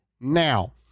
now